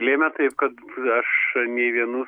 lėmė tai kad aš nė vienų